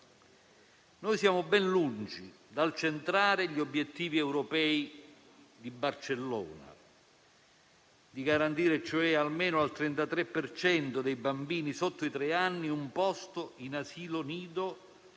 Siamo ben lungi dal centrare gli obiettivi europei di Barcellona: garantire almeno al 33 per cento dei bambini sotto i tre anni un posto in asilo nido